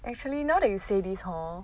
actually now that you say this hor